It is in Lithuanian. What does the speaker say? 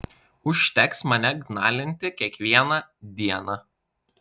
užteks mane gnalinti kiekvieną dieną